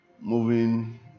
moving